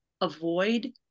avoid